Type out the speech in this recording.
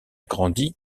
grandi